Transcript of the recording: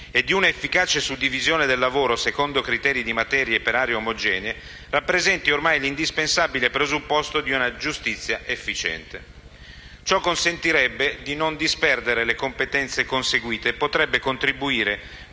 e di una efficace suddivisione del lavoro secondo criteri di materie per aree omogenee, rappresenta ormai l'indispensabile presupposto di una giustizia efficiente. Ciò consentirebbe di non disperdere le competenze conseguite e potrebbe contribuire,